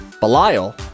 Belial